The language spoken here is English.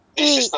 eh